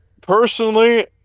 Personally